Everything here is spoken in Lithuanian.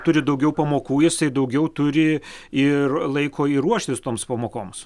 turi daugiau pamokų jisai daugiau turi ir laiko ir ruoštis toms pamokoms